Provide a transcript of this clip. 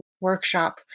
workshop